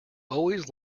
always